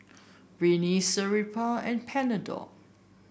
Rene Sterimar and Panadol